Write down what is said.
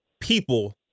people